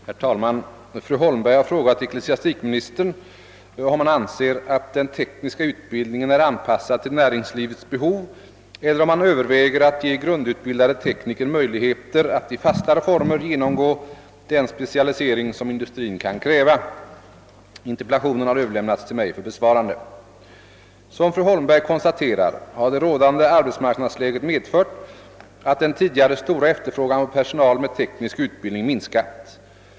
Herr talman! Fru Holmberg har frågat chefen för ecklesiastikdepartementet om han anser att den tekniska utbildningen är anpassad till näringslivets behov eller om han överväger att ge grundutbildade tekniker möjligheter att i fastare former genomgå den specialisering som industrin kan kräva. Interpellationen har överlämnats till mig för besvarande. Såsom fru Holmberg konstaterar har det rådande arbetsmarknadsläget medfört att den tidigare stora efterfrågan på personal med teknisk utbildning minskat.